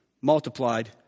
multiplied